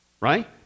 right